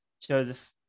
Joseph